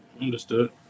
understood